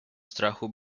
strachu